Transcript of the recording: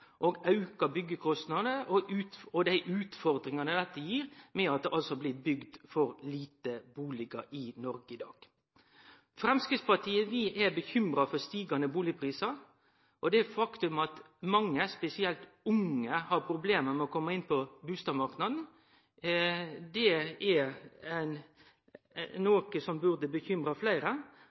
og auka byggjekostnadar, og dei utfordringane dette gir ved at det blir bygd for lite bustader i Noreg i dag. Vi i Framstegspartiet er bekymra for stigande bustadprisar og det faktum at mange, spesielt unge, har problem med å kome inn på bustadmarknaden. Det er noko som burde bekymre fleire,